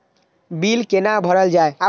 Bill कैना भरल जाय?